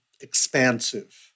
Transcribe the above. expansive